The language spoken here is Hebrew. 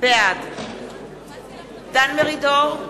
בעד דן מרידור,